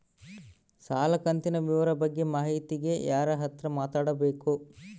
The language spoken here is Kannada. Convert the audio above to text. ಸಾಲ ಕಂತಿನ ವಿವರ ಬಗ್ಗೆ ಮಾಹಿತಿಗೆ ಯಾರ ಹತ್ರ ಮಾತಾಡಬೇಕು?